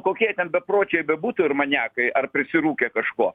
kokie ten bepročiai bebūtų ir maniakai ar prisirūkę kažko